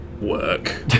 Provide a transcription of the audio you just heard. work